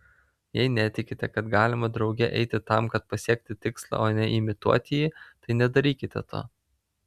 jei netikite kad galima drauge eiti tam kad pasiekti tikslą o ne imituoti jį tai nedarykite to